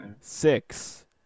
six